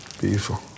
beautiful